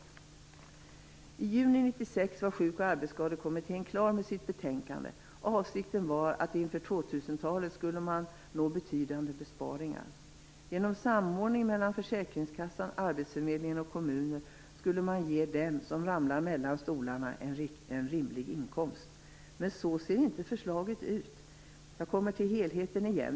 I juni 1996 var Sjuk och arbetsskadekommittén klar med sitt betänkande. Avsikten var att man skulle nå betydande besparingar inför 2000-talet. Genom samordning mellan försäkringskassan, arbetsförmedlingen och kommuner skulle man ge dem som ramlar mellan stolarna en rimlig inkomst. Men så ser inte förslaget ut. Jag återkommer till helheten igen.